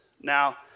Now